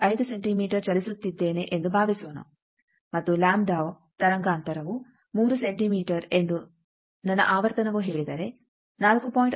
5 centimetre ಚಲಿಸುತ್ತಿದ್ದೇನೆ ಎಂದು ಭಾವಿಸೋಣ ಮತ್ತು ಲ್ಯಾಂಬ್ಡ ತರಂಗಾಂತರವೂ 3 ಸೆಂಟಿಮೀಟರ್ ಎಂದು ನನ್ನ ಆವರ್ತನವು ಹೇಳಿದರೆ 4